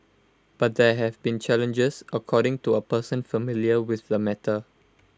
but there have been challenges according to A person familiar with the matter